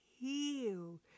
heal